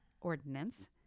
ordinance